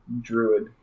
Druid